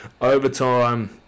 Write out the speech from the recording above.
overtime